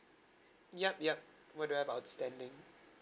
ya yup what do I have outstanding